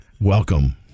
welcome